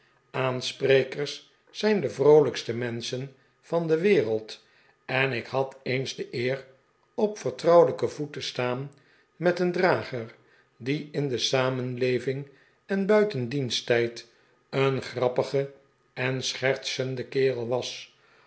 aansprekers zijn de vroolijkste menschen van de wereld en ik had eens de eer op vertrouwelijken voet te staan met een drager die in de samenleving en buiten diensttijd een grappige en schertsende kerel was